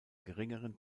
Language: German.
geringeren